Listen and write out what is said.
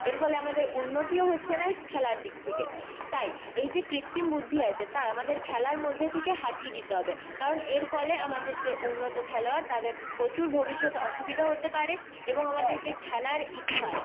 এর ফলে আমাদের উন্নতিও হচ্ছে না খেলার দিক থেকে তাই এই যে কৃত্রিম বুদ্ধি আছে তা আমাদের খেলার মধ্যে থেকে হটিয়ে দিতে হবে কারণ এর ফলে আমাদের যে উন্নত খেলোয়াড় তাদের প্রচুর ভবিষ্যতে অসুবিধা হতে পারে এবং আমাদের যে খেলার ইতিহাস